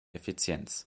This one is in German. effizienz